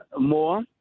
more